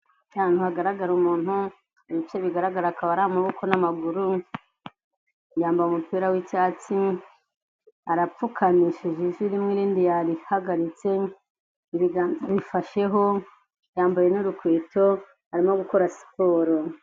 Ahantu hagaragara umuntu, ibice bigaragara akaba ari amaboko n'amaguru, yambaye umupira w'icyatsi, arapfukamishije ivi rimwe irindi yarihagaritse, ibiganza bifasheho, yambaye n'urukweto, arimo gukora siporo.